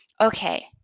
okay